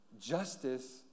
Justice